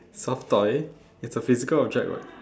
soft toy it's a physical object [what]